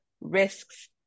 risks